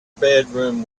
bedroom